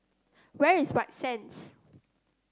where is White Sands